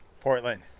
Portland